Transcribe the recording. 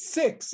six